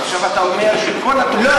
עכשיו אתה אומר שכל, לא.